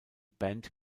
band